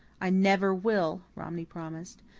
i never will, romney promised.